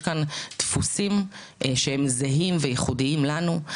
כאן דפוסים שהם זהים וייחודיים לנו,